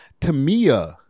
Tamia